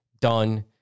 done